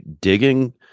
digging